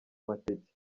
amateke